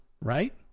right